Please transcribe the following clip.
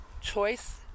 choice